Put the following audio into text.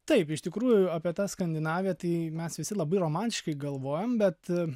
taip iš tikrųjų apie tą skandinaviją tai mes visi labai romantiškai galvojam bet